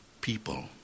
People